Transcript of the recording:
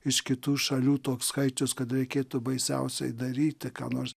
iš kitų šalių toks skaičius kad reikėtų baisiausiai daryti ką nors